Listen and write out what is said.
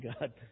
God